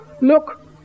Look